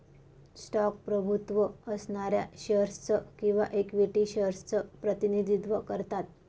stock प्रभुत्व असणाऱ्या shares च किंवा इक्विटी शेअर्स च प्रतिनिधित्व करतात